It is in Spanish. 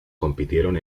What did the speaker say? compitieron